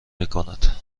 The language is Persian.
میکند